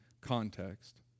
context